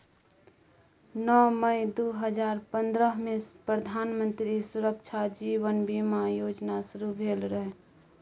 नौ मई दु हजार पंद्रहमे प्रधानमंत्री सुरक्षा जीबन बीमा योजना शुरू भेल रहय